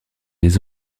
des